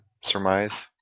surmise